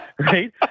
right